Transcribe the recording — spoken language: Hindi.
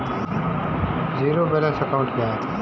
ज़ीरो बैलेंस अकाउंट क्या है?